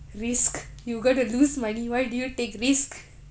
risk you going to lose money why do you take risk